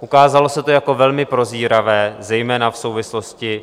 Ukázalo se to jako velmi prozíravé zejména v souvislosti